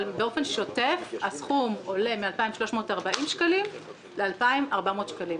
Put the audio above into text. אבל באופן שוטף הסכום עולה מ-2340 שקלים ל-2400 שקלים.